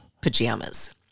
pajamas